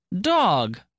dog